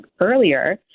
earlier